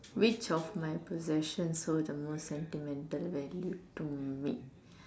which of my possession hold the most sentimental value to me